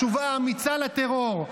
תשובה אמיצה לטרור,